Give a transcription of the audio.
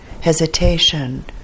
hesitation